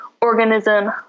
organism